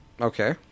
Okay